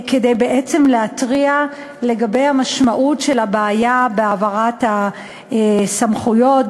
בעצם כדי להתריע על משמעות הבעיה בהעברת הסמכויות,